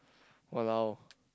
!walao!